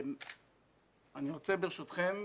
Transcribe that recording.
ברשותכם,